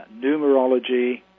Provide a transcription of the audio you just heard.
numerology